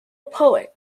poet